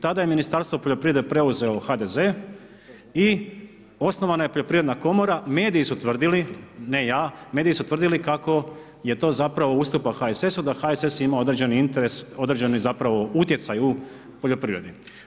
Tada je Ministarstvo poljoprivrede preuzeo HDZ i osnovana je poljoprivredna komora, mediji su tvrdili, ne ja, mediji su tvrdili kako je to zapravo ustupak HSS-u da HSS ima određeni interes, određeni zapravo utjecaj u poljoprivredi.